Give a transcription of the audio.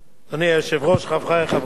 אדוני היושב-ראש, חברי חברי הכנסת